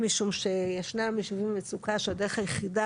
משום שישנם ישובים במצוקה שהדרך היחידה